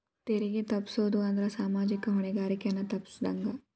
ತೆರಿಗೆ ತಪ್ಪಸೊದ್ ಅಂದ್ರ ಸಾಮಾಜಿಕ ಹೊಣೆಗಾರಿಕೆಯನ್ನ ತಪ್ಪಸಿದಂಗ